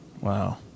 Wow